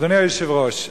אדוני היושב-ראש,